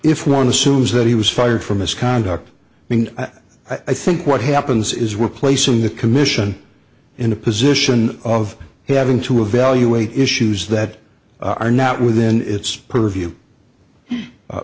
if one assumes that he was fired for misconduct i think what happens is we're placing the commission in a position of having to evaluate issues that are not within its purview